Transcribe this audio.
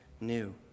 new